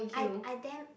I I damn